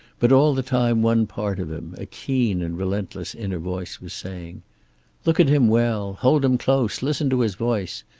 but all the time one part of him, a keen and relentless inner voice, was saying look at him well. hold him close. listen to his voice.